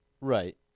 right